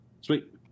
Sweet